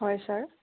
হয় ছাৰ